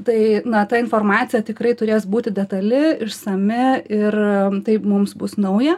tai na ta informacija tikrai turės būti detali išsami ir taip mums bus nauja